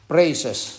Praises